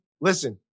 listen